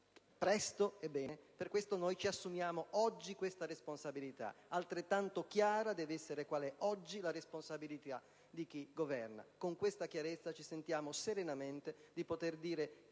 presto e bene, e per questo ci assumiamo oggi questa responsabilità. Altrettanto chiara deve essere oggi la responsabilità di chi governa. Con questa chiarezza, ci sentiamo serenamente di poter dire